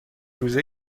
روزه